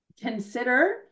consider